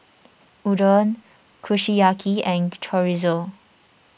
Udon Kushiyaki and Chorizo